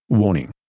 Warning